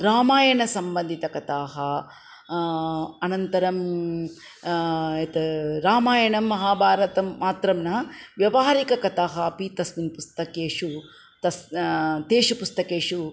रामायण संबन्धितकथाः अनन्तरं यत् रामायणं महाभारतं मात्रं न व्यवहारिककथाः अपि तस्मिन् पुस्तकेषु तस् तेषु पुस्तकेषु